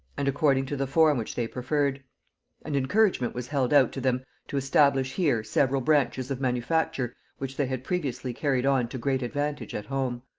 and according to the form which they preferred and encouragement was held out to them to establish here several branches of manufacture which they had previously carried on to great advantage at home.